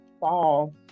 fall